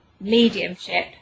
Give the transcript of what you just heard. mediumship